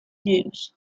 jews